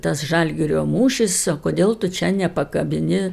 tas žalgirio mūšis o kodėl tu čia nepakabini